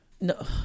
No